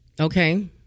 Okay